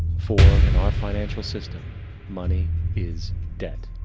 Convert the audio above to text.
for in our financial system money is debt,